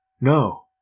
No